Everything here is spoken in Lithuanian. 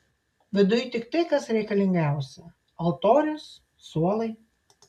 viduj tik tai kas reikalingiausia altorius suolai